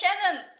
Shannon